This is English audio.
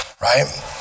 right